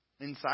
Inside